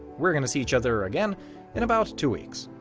we're gonna see each other again in about two weeks,